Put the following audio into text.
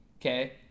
Okay